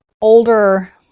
older